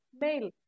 male